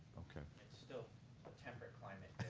ok. it's still a temperate climate